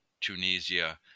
Tunisia